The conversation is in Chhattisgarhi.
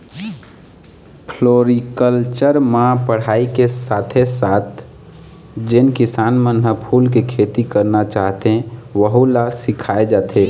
फ्लोरिकलचर म पढ़ाई के साथे साथ जेन किसान मन ह फूल के खेती करना चाहथे वहूँ ल सिखाए जाथे